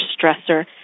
stressor